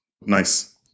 Nice